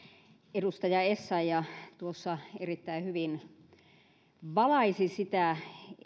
edustaja essayah tuossa erittäin hyvin valaisi sitä